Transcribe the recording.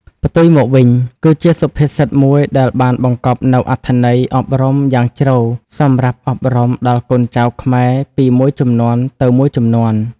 ផ្ទុយមកវិញ គឺជាសុភាសិតមួយដែលបានបង្កប់នូវអត្ថន័យអប់រំយ៉ាងជ្រៅសម្រាប់អប់រំដល់កូនចៅខ្មែរពីមួយជំនាន់ទៅមួយជំនាន់។